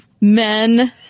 men